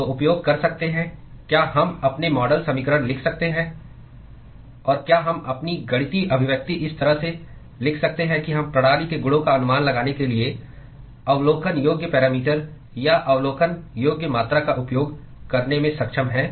तो उपयोग कर सकते हैं क्या हम अपने मॉडल समीकरण लिख सकते हैं और क्या हम अपनी गणितीय अभिव्यक्ति इस तरह से लिख सकते हैं कि हम प्रणाली के गुणों का अनुमान लगाने के लिए अवलोकन योग्य पैरामीटर या अवलोकन योग्य मात्रा का उपयोग करने में सक्षम हैं